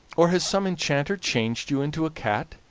or has some enchanter changed you into a cat?